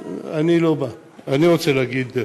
האמת כואבת.